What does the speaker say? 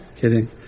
kidding